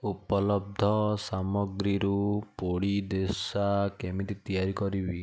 ଉପଲବ୍ଧ ସାମଗ୍ରୀରୁ ପୋଡ଼ି ଦୋସା କେମିତି ତିଆରି କରିବି